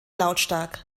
lautstark